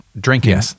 Drinking